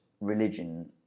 religion